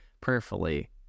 prayerfully